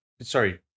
Sorry